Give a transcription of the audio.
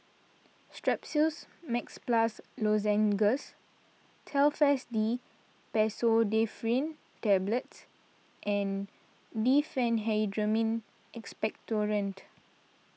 Strepsils Max Plus Lozenges Telfast D Pseudoephrine Tablets and Diphenhydramine Expectorant